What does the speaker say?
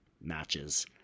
matches